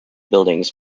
buildings